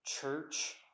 church